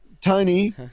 Tony